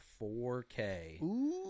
4K